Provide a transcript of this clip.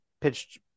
pitched